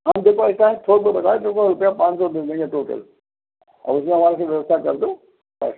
हम देखो ऐसा है थोक में लगाए देखो रुपये पाँच सौ दे देंगे टोटल और इसमें हमारे यहाँ व्यवस्था कर दो बस